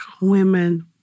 women